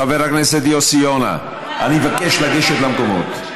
חבר הכנסת יוסי יונה, אני מבקש לגשת למקומות.